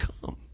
come